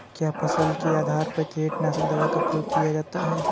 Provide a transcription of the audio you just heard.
क्या फसल के आधार पर कीटनाशक दवा का प्रयोग किया जाता है?